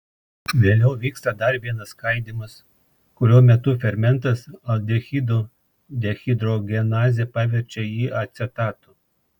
vėliau vyksta dar vienas skaidymas kurio metu fermentas aldehido dehidrogenazė paverčia jį acetatu